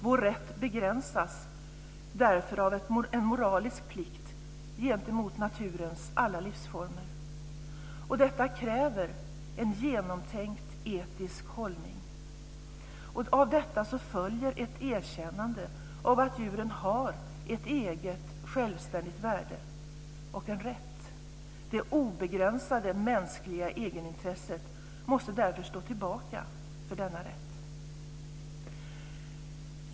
Vår rätt begränsas därför av en moralisk plikt gentemot naturens alla livsformer. Detta kräver en genomtänkt etisk hållning. Av detta följer ett erkännande av att djuren har ett eget självständigt värde och en rätt. Det obegränsade mänskliga egenintresset måste därför stå tillbaka för denna rätt.